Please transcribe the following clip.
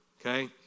okay